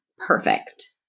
perfect